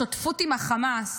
השותפות עם החמאס,